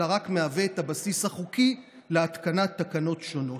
אלא רק הוא הבסיס החוקי להתקנת תקנות שונות.